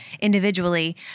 individually